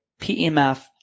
PEMF